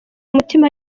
umutima